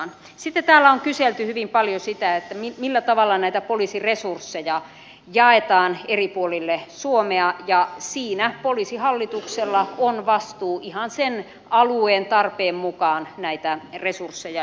sitten täällä on kyselty hyvin paljon sitä millä tavalla näitä poliisin resursseja jaetaan eri puolille suomea ja siinä poliisihallituksella on vastuu ihan sen alueen tarpeen mukaan näitä resursseja jakaa